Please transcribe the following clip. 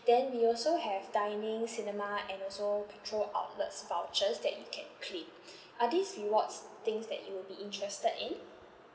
then we also have dining cinema and also petrol outlets vouchers that you can claim are these rewards things that you will be interested in